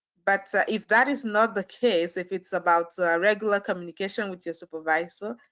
but if that is not the case, if it's about regular communication with your supervisor,